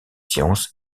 sciences